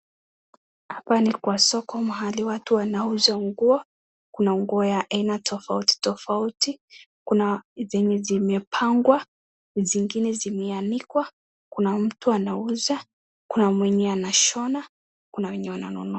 Hapa ni kwa soko mahali watu wanauza nguo, kuna nguo ya aina tofauti tofauti, kuna zenye zimepangwa, zingine zimeanikwa, kuna mtu anauza, kuna mwenye anashona, kuna wenye wananunua.